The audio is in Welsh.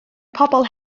pobl